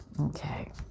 Okay